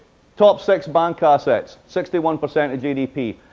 top six bank assets, sixty one percent of gdp.